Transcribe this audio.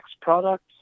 products